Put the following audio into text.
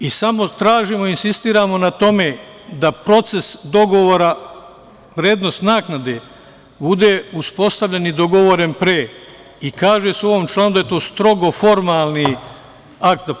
Samo tražimo, insistiramo na tome da proces dogovora, vrednost nakade bude uspostavljen i dogovoren pre i kaže se u ovom članu da je to strogo formalni akt.